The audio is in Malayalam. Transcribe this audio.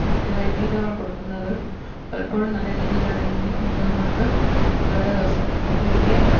മറ്റ് കയ്തീറ്റകൾ കൊടുക്കുന്നത് പലപ്പോഴും നല്ല രീതിയിലല്ലെങ്കിൽ മൃഗങ്ങൾക്ക് വളരെ ദോഷങ്ങൾ സംഭവിക്കുകയും